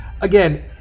again